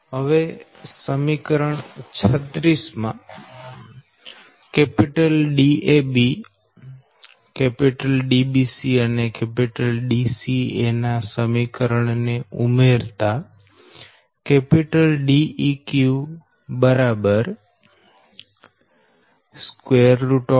હવે સમીકરણ 36 માં Dab Dbc અને Dca ના સમીકરણ ઉમેરતાDeq D